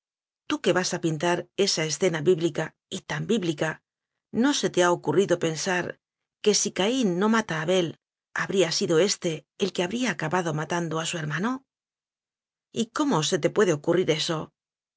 tú que vas a pintar ese escena bíblica y tan bíbli ca no se te ha ocurrido pensar que si caín no mata a abel habríá sido éste el que habría acabado matando a su hermano y cómo se te puede ocurrir eso